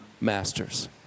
masters